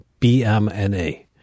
BMNA